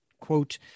quote